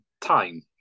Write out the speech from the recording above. time